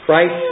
Right